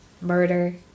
murder